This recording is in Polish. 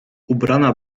ubrana